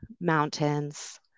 mountains